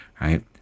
right